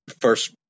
first